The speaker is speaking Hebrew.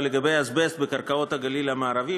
לגבי אזבסט בקרקעות הגליל המערבי,